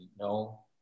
no